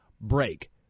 break